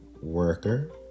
worker